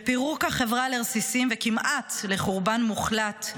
לפירוק החברה לרסיסים וכמעט לחורבן מוחלט,